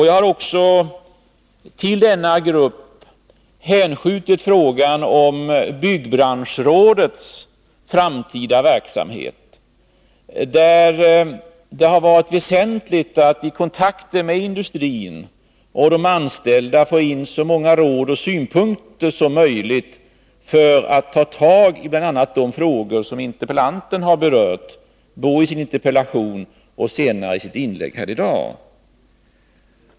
Jag har till denna grupp bl.a. hänskjutit frågan om byggbranschrådets framtida verksamhet. Det har varit väsentligt att i kontakter med industrin och de industrianställda få in så många råd och synpunkter som möjligt när det gällt att ta itu med bl.a. de frågor som interpellanten har berört i sin interpellation och i sitt inlägg här i dag.